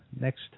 next